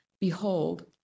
Behold